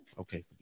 Okay